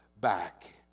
back